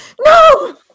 No